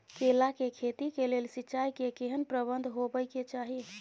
केला के खेती के लेल सिंचाई के केहेन प्रबंध होबय के चाही?